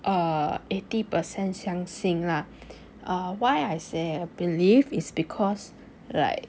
err eighty percent 相信 lah err why I say I believe is because like